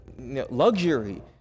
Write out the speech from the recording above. luxury